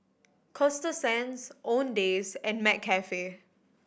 Coasta Sands Owndays and McCafe